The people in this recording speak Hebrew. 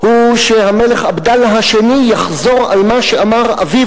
הוא שהמלך עבדאללה השני יחזור על מה שאמר אביו